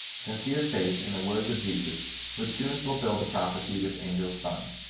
sincere faith in the words of jesus would soon fulfil the prophecy which angels sung.